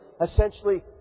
Essentially